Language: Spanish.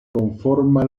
conforma